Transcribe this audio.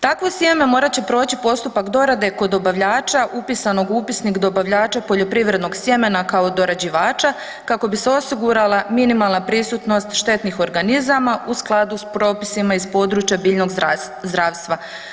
Takvo sjeme morat će proći postupak dorade kod dobavljača upisanog u Upisnik dobavljača poljoprivrednog sjemena kao dorađivača kako bi se osigurala minimalna prisutnost štetnih organizama u skladu s propisima iz područja biljnog zdravstva.